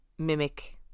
mimic